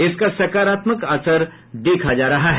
इसका सकारात्मक असर देखा जा रहा है